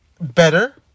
better